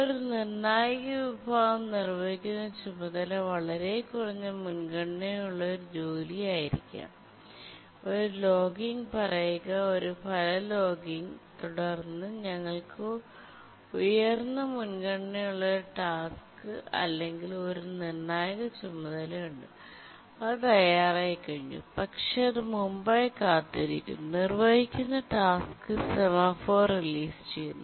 ഒരു നിർണായക വിഭാഗം നിർവ്വഹിക്കുന്ന ചുമതല വളരെ കുറഞ്ഞ മുൻഗണനയുള്ള ഒരു ജോലിയായിരിക്കാം ഒരു ലോഗിംഗ് പറയുക ഒരു ഫല ലോഗിംഗ് തുടർന്ന് ഞങ്ങൾക്ക് ഉയർന്ന മുൻഗണനയുള്ള ഒരു ടാസ്ക് അല്ലെങ്കിൽ ഒരു നിർണായക ചുമതലയുണ്ട് അത് തയ്യാറായിക്കഴിഞ്ഞു പക്ഷേ അത് മുമ്പായി കാത്തിരിക്കുന്നു നിർവ്വഹിക്കുന്ന ടാസ്ക് സെമാഫോർ റിലീസ് ചെയ്യുന്നു